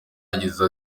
yagize